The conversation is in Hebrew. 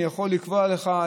אני יכול לפרט לך,